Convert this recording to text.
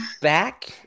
back